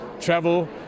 travel